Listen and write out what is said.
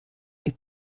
est